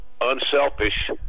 unselfish